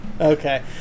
Okay